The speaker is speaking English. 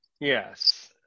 Yes